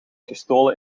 gestolen